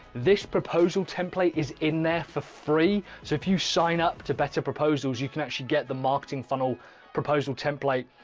this proposal template is in there for free. so if you sign up to better proposals, you can actually get the marketing funnel proposal template.